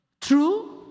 True